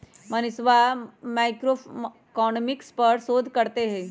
मनीषवा मैक्रोइकॉनॉमिक्स पर शोध करते हई